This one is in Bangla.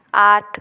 আট